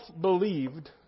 believed